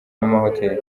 n’amahoteli